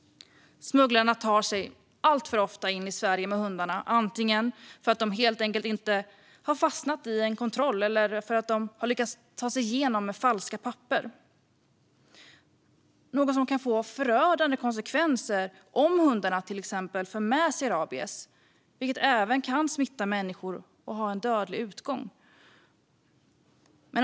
Smugglarna tar sig alltför ofta in i Sverige med hundarna, antingen för att de helt enkelt inte har fastnat i någon kontroll eller för att de har lyckats ta sig igenom med falska papper. Detta kan få förödande konsekvenser om hundarna till exempel för med sig rabies, som även kan smitta människor med dödlig utgång.